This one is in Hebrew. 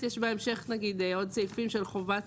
יש בהמשך נגיד עוד סעיפים של חובה,